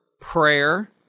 prayer